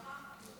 נוכחת,